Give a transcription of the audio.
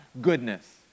Goodness